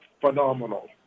phenomenal